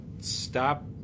stop